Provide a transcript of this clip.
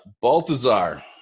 Baltazar